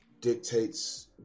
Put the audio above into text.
dictates